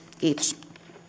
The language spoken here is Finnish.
kiitos